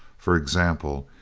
for example,